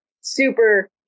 super